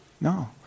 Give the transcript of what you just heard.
no